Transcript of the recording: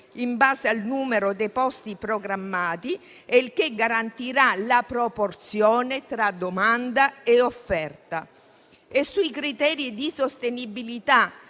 in base al numero dei posti programmati, il che garantirà la proporzione tra domanda e offerta. Sui criteri di sostenibilità